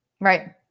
Right